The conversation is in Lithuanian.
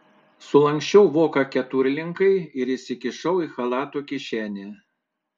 sulanksčiau voką keturlinkai ir įsikišau į chalato kišenę